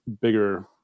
bigger